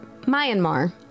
Myanmar